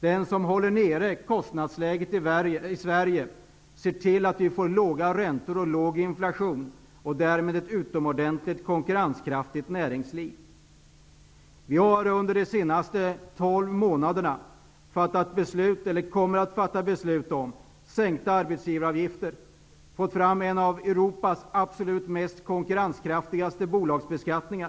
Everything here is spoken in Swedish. Det håller ned kostnadsläget i Sverige och ser till att vi får låga räntor och låg inflation och därmed ett utomordentligt konkurrenskraftigt näringsliv. Vi har under de senaste tolv månaderna fattat beslut, och vi kommer att fatta beslut, om sänkta arbetsgivaravgifter. Vi har fått fram en av Europas absolut mest konkurrenskraftiga bolagsbeskattning.